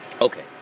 Okay